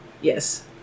Yes